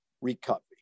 recovery